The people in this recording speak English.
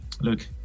look